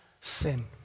sin